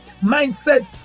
mindset